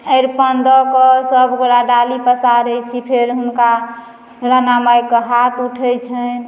अरिपन दऽ कऽ सभगोटए डाली पसारैत छी फेर हुनका राणा मायके हाथ उठैत छैन्ह